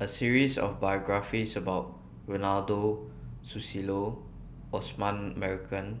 A series of biographies about Ronald Susilo Osman Merican